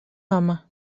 home